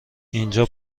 اینجا